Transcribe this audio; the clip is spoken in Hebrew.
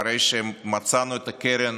אחרי שמצאנו את הקרן